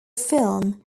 film